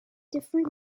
different